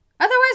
Otherwise